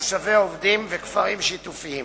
מושבי עובדים וכפרים שיתופיים.